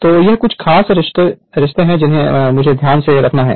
तो ये कुछ खास रिश्ते हैं जिन्हें मुझे ध्यान में रखना है